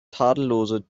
tadelloser